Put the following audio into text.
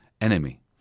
enemy